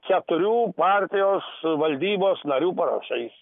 keturių partijos valdybos narių parašais